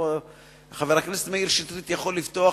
חבר הכנסת מאיר שטרית יוכל לפתוח,